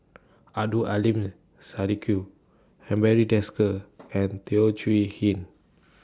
Abdul Aleem Siddique and Barry Desker and Teo Chee Hean